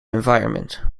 environment